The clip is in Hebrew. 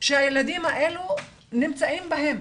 שהילדים האלו נמצאים בהם